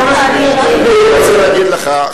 אני רוצה להגיד לך,